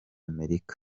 amerika